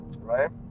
right